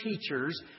teachers